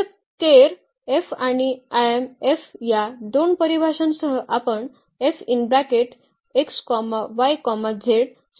तर केर F आणि Im या दोन परिभाषांसह आपण